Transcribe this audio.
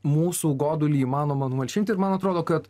mūsų godulį įmanoma numalšinti ir man atrodo kad